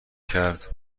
کرد